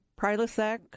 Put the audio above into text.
Prilosec